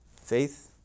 Faith